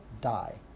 die